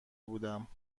بودم